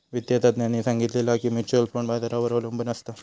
वित्तिय तज्ञांनी सांगितला की म्युच्युअल फंड बाजारावर अबलंबून असता